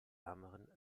ärmeren